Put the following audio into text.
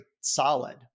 solid